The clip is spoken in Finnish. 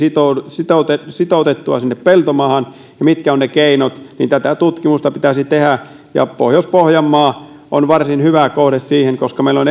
sitoutettua sitoutettua sinne peltomaahan ja mitkä ovat ne keinot tätä tutkimusta pitäisi tehdä ja pohjois pohjanmaa on varsin hyvä kohde siihen koska meillä on